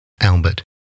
Albert